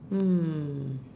um